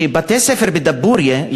שבתי-ספר בדבורייה,